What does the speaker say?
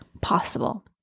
possible